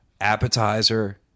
appetizer